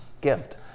Gift